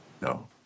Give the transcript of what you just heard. No